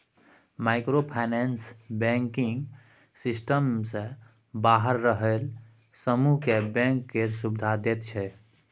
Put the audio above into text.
micro finance banking system सँ बाहर रहल समुह केँ बैंक केर सुविधा दैत छै